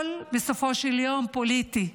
בסופו של יום הכול פוליטי.